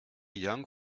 young